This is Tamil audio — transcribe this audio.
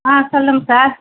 ஆ சொல்லுங்க சார்